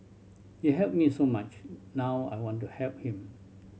he helped me so much now I want to help him